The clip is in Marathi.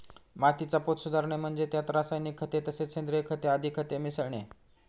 मातीचा पोत सुधारणे म्हणजे त्यात रासायनिक खते तसेच सेंद्रिय खते आदी खते मिसळणे